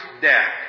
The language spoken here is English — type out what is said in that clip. death